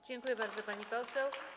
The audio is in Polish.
Dziękuję bardzo, pani poseł.